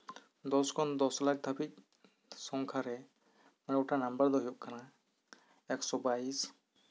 ᱫᱚᱥ ᱠᱷᱚᱱ ᱫᱚ ᱞᱟᱠᱷ ᱫᱷᱟᱹᱵᱤᱡ ᱥᱚᱝᱠᱷᱟᱨᱮ ᱢᱚᱬᱮ ᱜᱚᱴᱟᱝ ᱱᱟᱢᱵᱟᱨ ᱫᱚ ᱦᱩᱭᱩᱜ ᱠᱟᱱᱟ ᱮᱠᱥᱚ ᱵᱟᱭᱤᱥ